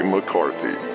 McCarthy